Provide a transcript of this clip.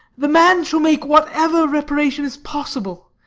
the man shall make whatever reparation is possible.